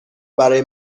برای